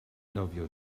nofio